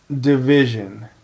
division